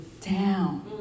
down